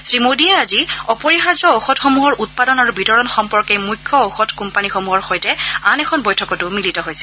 শ্ৰী মোডীয়ে আজি অপৰিহাৰ্য ঔষধসমূহৰ উৎপাদন আৰু বিতৰণ সম্পৰ্কে মুখ্য ওয়ধ কোম্পানীসমূহৰ সৈতে আন এখন বৈঠকতো মিলিত হৈছে